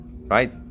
right